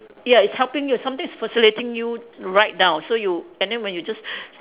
ya it's helping you something is facilitating you ride down so you and then when you just